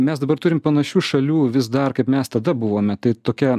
mes dabar turim panašių šalių vis dar kaip mes tada buvome tai tokia